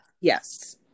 Yes